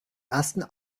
ersten